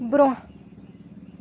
برٛونٛہہ